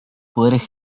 poderes